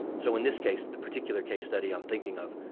so and this case, the particular case study i'm thinking of,